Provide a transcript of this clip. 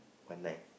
one nine